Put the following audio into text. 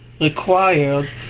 required